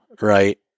right